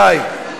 די.